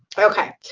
okay.